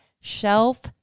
shelf